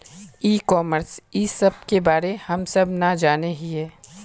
ई commerce इस सब के बारे हम सब ना जाने हीये?